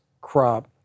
crop